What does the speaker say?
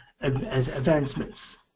advancements